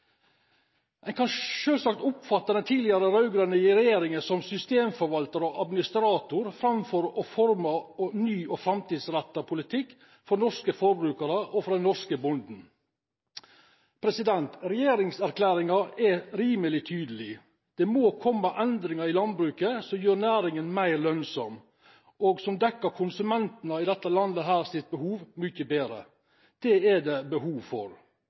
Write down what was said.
En kan selvsagt oppfatte den tidligere rød-grønne regjeringen som systemforvalter og administrator framfor å forme ny og framtidsrettet politikk for norske forbrukere og for den norske bonden. Regjeringserklæringen er rimelig tydelig. Det må komme endringer i landbruket som gjør næringen mer lønnsom, og som dekker behovet til konsumentene i dette landet mye bedre. Det er det behov for.